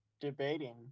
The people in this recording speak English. debating